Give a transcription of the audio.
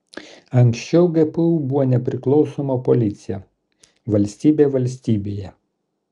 anksčiau gpu buvo nepriklausoma policija valstybė valstybėje